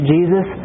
Jesus